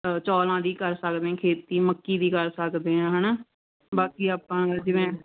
ਚੌਲਾਂ ਦੀ ਕਰ ਸਕਦੇ ਖੇਤੀ ਮੱਕੀ ਦੀ ਕਰ ਸਕਦੇ ਹਾਂ ਹੈ ਨਾ ਬਾਕੀ ਆਪਾਂ ਜਿਵੇਂ